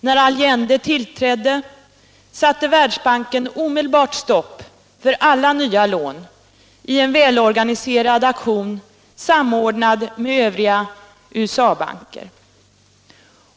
När Allende tillträdde satte Världsbanken omedelbart stopp för alla nya lån i en välorganiserad aktion samordnad med övriga USA-banker.